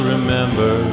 remember